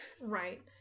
Right